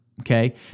okay